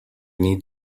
need